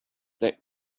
that